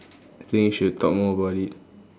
I think you should talk more about it